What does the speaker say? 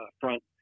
front